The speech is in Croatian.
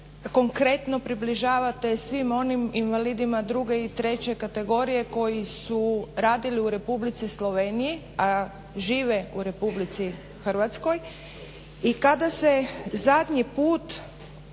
konkretno približavate svim onim invalidima druge i treće kategorije koji su radili u Republici Sloveniji, a žive u Republici Hrvatskoj i kada se zadnji put